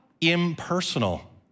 impersonal